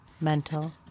mental